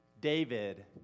David